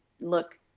look